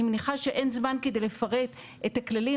אני מניחה שאין זמן כדי לפרט את הכללים,